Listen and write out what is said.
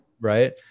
right